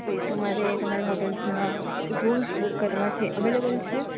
જે તમારે તમારી હોટલ્સના રૂમ બુક કરવા છે અવેલેબલ છે